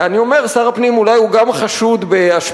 אני אומר: שר הפנים אולי הוא גם חשוד בהשפעתם